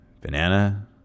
banana